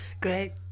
Great